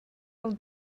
del